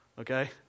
okay